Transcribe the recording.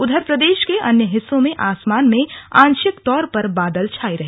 उधर प्रदेश के अन्य हिस्सों में आसमान में आशिक तौर पर बादल छाए रहे